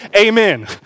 Amen